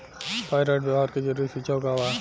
Pyrite व्यवहार के जरूरी सुझाव का वा?